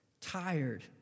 tired